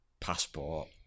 passport